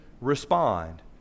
respond